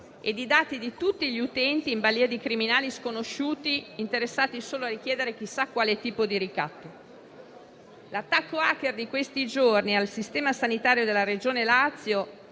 e i dati di tutti gli utenti in balia di criminali sconosciuti, interessati solo a richiedere chissà quale tipo di riscatto. L'attacco *hacker* di questi giorni al sistema sanitario della Regione Lazio